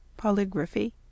polygraphy